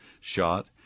shot